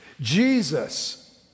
Jesus